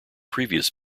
previous